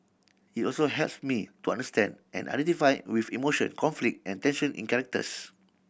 it also helps me to understand and identify with emotion conflict and tension in characters